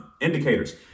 indicators